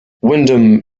wyndham